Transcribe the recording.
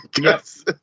Yes